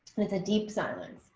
it's a deep silence